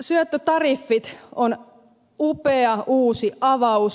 syöttötariffit on upea uusi avaus